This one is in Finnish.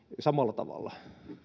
samalla tavalla